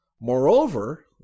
Moreover